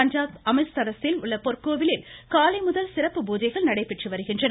பஞ்சாப் அமிர்த்சரஸில் உள்ள பொந்கோவிலில் காலை முதல் சிறப்பு பூஜைகள் நடைபெற்று வருகின்றன